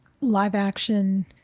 live-action